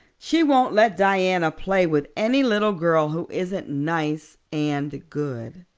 she won't let diana play with any little girl who isn't nice and good.